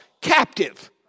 captive